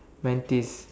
Mantis